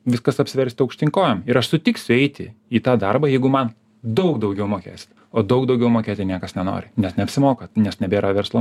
viskas apsiversti aukštyn kojom ir aš sutiksiu eiti į tą darbą jeigu man daug daugiau mokės o daug daugiau mokėti niekas nenori nes neapsimoka nes nebėra verslo